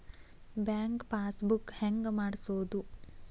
Bank passbook ಹೆಂಗ್ ಮಾಡ್ಸೋದು?